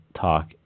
talk